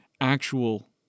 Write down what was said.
actual